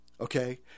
okay